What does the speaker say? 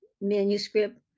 manuscript